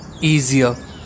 easier